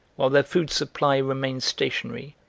while their food supply remains stationary,